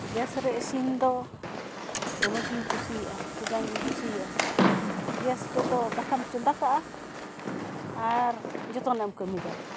gas ᱨᱮ ᱤᱥᱤᱱ ᱫᱚ ᱫᱚᱢᱮ ᱜᱮᱧ ᱠᱩᱥᱤᱭᱟᱜᱼᱟ ᱪᱮᱫᱟᱜ ᱤᱧ ᱠᱩᱥᱤᱭᱟᱜᱼᱟ ᱜᱮᱥ ᱨᱮᱫᱚ ᱫᱟᱠᱟᱢ ᱪᱚᱸᱫᱟ ᱠᱟᱜᱼᱟ ᱟᱨ ᱡᱚᱛᱚᱱᱟᱜ ᱮᱢ ᱠᱟᱹᱢᱤ ᱫᱟᱲᱮᱭᱟᱜᱼᱟ